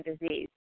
disease